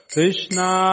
Krishna